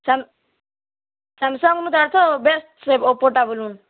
Samsung ନୁ ତା ଅର୍ଥ ବେଷ୍ଟ୍ ରହେବ ଓପୋଟା ବୋଲୁନ୍